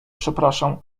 przepraszam